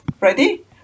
Ready